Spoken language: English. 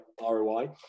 ROI